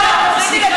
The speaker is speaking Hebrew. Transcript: לא, סליחה.